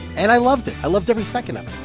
and i loved it. i loved every second of